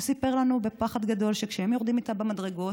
הוא סיפר לנו בפחד גדול שכשהם יורדים איתה במדרגות,